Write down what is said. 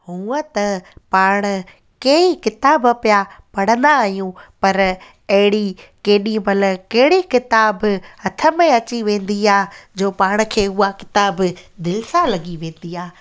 हुअ त पाण केई किताब पिया पढ़ंदा आहियूं पर एड़ी केॾीमहिल कहिड़े किताब हथ में अची वेंदी आहे जो पाण खे उहा किताब दिलि सां लॻी वेंदी आहे